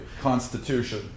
Constitution